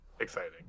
exciting